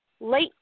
late